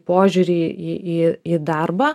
požiūrį į į į darbą